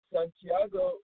Santiago